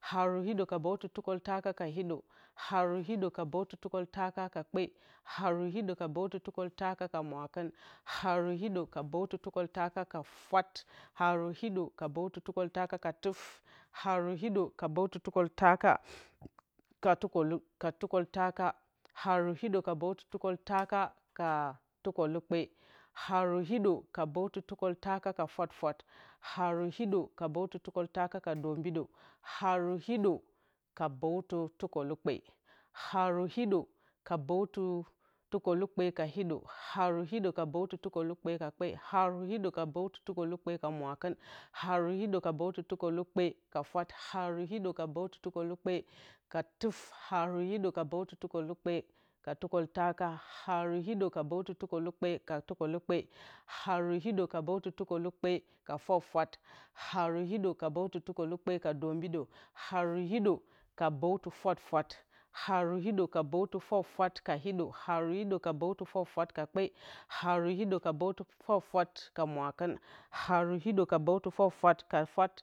Haru hiɗǝ ka bǝwtɨ tukǝltaka ka hiɗo haru hiɗǝ ka bǝwtɨ tukǝltaka ka kpe haru hiɗǝ ka bǝwtɨ tukǝltaka ka mwakɨn haru hiɗǝ ka bǝwtɨ tukǝltaka a fwat haru hiɗǝ ka bǝwtɨ tukǝltaka ka tuf haru hiɗǝ ka bǝwtɨ tukǝltaka ka tukǝltaka haru hiɗǝ ka bǝwtɨ tukǝltaka ka tukǝlukpe haru hiɗǝ ka bǝwtɨ tukǝltaka ka fwafwat haru hiɗǝ ka bǝwtɨ tukǝltaka ka dombidǝ haru hiɗǝ ka bǝwtɨ tukǝlukpe haru hiɗǝ ka bǝwtɨ tukǝlukpe ka hiɗo haru hiɗǝ ka bǝwtɨ tukǝlukpe ka kpe haru hiɗǝ ka bǝwtɨ tukǝlukpe ka mwakɨn haru hiɗǝ ka bǝwtɨ tukǝlukpe ka fwat haru hiɗǝ ka bǝwtɨ tukǝlukpe ka tuf haru hiɗǝ ka bǝwtɨ tukǝlukpe ka tukǝltaka haru hiɗǝ ka bǝwtɨ tukǝlukpe ka tukǝlukpe haru hiɗǝ ka bǝwtɨ tukǝlukpe ka fwafwat haru hiɗǝ ka bǝwtɨ tukǝlukpe ka dombido haru hiɗǝ ka bǝwtɨ fwafwat haru hiɗǝ ka bǝwtɨ fwafwat ka hiɗo haru hiɗǝ ka bǝwtɨ fwafwat ka kpe haru hiɗǝ ka bǝwtɨ fwafwat ka mwakɨn haru hiɗǝ ka bǝwtɨ fwafwat ka fwat